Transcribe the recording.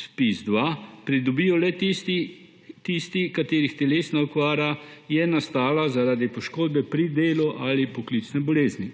ZPIZ-2, pridobijo le tisti, katerih telesna okvara je nastala zaradi poškodbe pri delu ali poklicne bolezni.